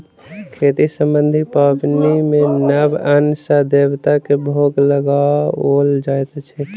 खेती सम्बन्धी पाबनि मे नव अन्न सॅ देवता के भोग लगाओल जाइत अछि